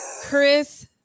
Chris